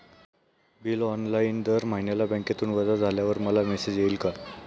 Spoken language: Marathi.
बिल ऑनलाइन दर महिन्याला बँकेतून वजा झाल्यावर मला मेसेज येईल का?